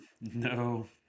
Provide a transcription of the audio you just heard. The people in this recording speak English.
No